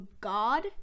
god